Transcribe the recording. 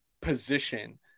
position